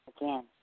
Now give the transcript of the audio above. Again